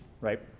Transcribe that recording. right